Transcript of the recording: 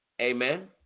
Amen